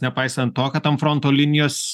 nepaisant to kad ant fronto linijos